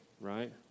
Right